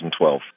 2012